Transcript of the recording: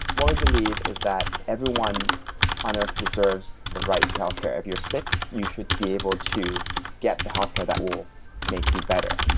what we believe is that everyone on earth deserves the right to healthcare. if you're sick, you should be able to get the healthcare that will make you better.